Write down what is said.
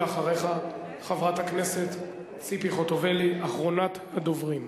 ואחריך, חברת הכנסת ציפי חוטובלי, אחרונת הדוברים.